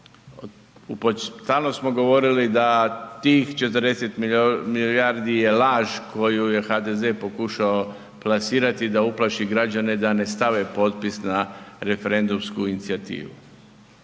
Stalno smo govorili da tih 40 milijardi je laž koju je HDZ pokušao plasirati da uplaši građane da ne stave potpis na referendumsku inicijativu.